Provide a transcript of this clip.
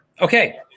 Okay